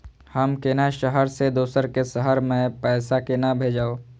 हम केना शहर से दोसर के शहर मैं पैसा केना भेजव?